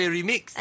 Remix